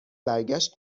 برگشت